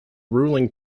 ruling